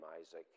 Isaac